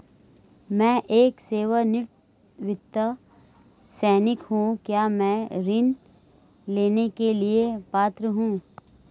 मैं एक सेवानिवृत्त सैनिक हूँ क्या मैं ऋण लेने के लिए पात्र हूँ?